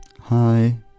hi